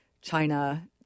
China